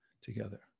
together